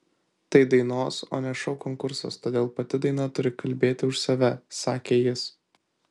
tai dainos o ne šou konkursas todėl pati daina turi kalbėti už save sakė jis